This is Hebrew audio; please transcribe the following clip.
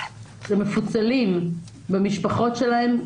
שמפוצלים במשפחות שלהם,